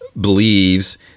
believes